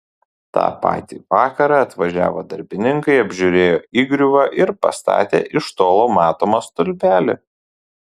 tą patį vakarą atvažiavo darbininkai apžiūrėjo įgriuvą ir pastatė iš tolo matomą stulpelį